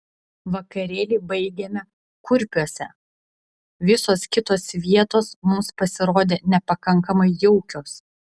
vakarėlį baigėme kurpiuose visos kitos vietos mums pasirodė nepakankamai jaukios